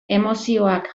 emozioak